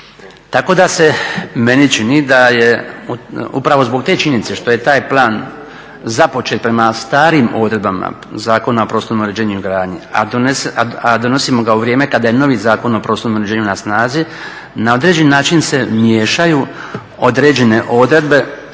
Tako da se meni čini da je upravo zbog te činjenice što je taj plan započet prema starim odredbama Zakona o prostornom uređenju i gradnji, a donosimo ga u vrijeme kada je novi Zakon o prostornom uređenju na snazi na određeni način se miješaju određene odredbe